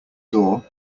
door